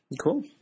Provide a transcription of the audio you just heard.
Cool